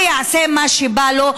הוא יעשה מה שבא לו,